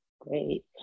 Great